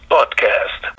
Podcast